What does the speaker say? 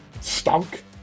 stunk